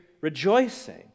rejoicing